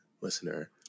listener